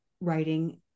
writing